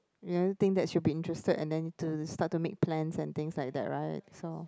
ya I don't think that she'll be interested and then to start to make plans and things like that right so